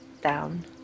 down